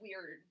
weird